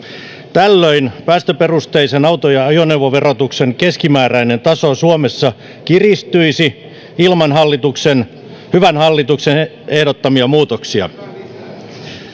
tällöin päästöperusteisen auto ja ajoneuvoverotuksen keskimääräinen taso suomessa kiristyisi ilman hallituksen hyvän hallituksen ehdottamia muutoksia